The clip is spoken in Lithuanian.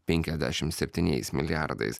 penkiasdešim septyniais milijardais